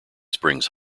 springs